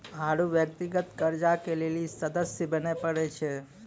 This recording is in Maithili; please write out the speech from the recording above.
आरु व्यक्तिगत कर्जा के लेली सदस्य बने परै छै